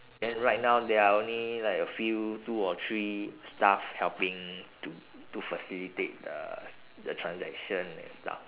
then right now there are only like a few two or three staff helping to to facilitate the the s~ the transaction and stuff